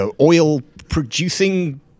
oil-producing